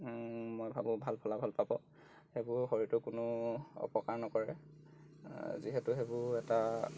মই ভাবোঁ ভাল ফলাফল পাব সেইবোৰ শৰীৰটো কোনো অপকাৰ নকৰে যিহেতু সেইবোৰ এটা